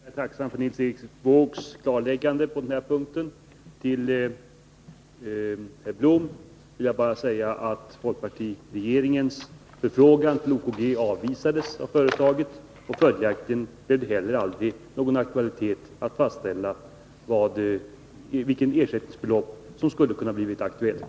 Herr talman! Jag är tacksam för Nils Erik Wåågs klarläggande på den här punkten. Till Lennart Blom vill jag bara säga att folkpartiregeringens förfrågan till OKG avvisades av företaget, och följaktligen blev det heller aldrig fråga om att fastställa vilket ersättningsbelopp som skulle ha kunnat bli aktuellt.